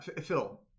Phil